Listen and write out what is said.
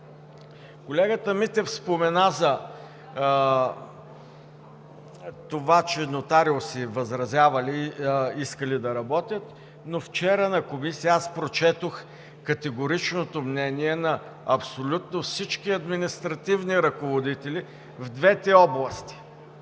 Колегата Митев спомена за това, че нотариуси възразявали, искали да работят, но вчера в Комисията аз прочетох категоричното мнение на абсолютно всички административни ръководители в двете области